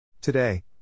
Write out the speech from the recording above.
Today